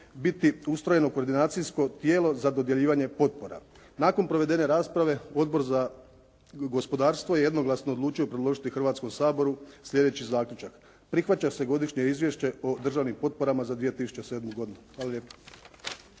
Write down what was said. biti ustrojeno koordinacijsko tijelo za dodjeljivanje potpora. Nakon provedene rasprave Odbor za gospodarstvo je jednoglasno odlučio predložiti Hrvatskom saboru slijedeći zaključak: "Prihvaća se Godišnje izvješće o državnim potporama za 2007. godinu.". Hvala lijepo.